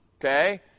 Okay